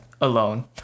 alone